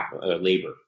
labor